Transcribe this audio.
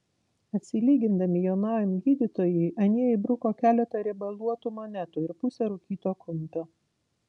atsilygindami jaunajam gydytojui anie įbruko keletą riebaluotų monetų ir pusę rūkyto kumpio